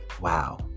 wow